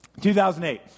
2008